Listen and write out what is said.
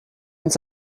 uns